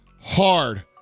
hard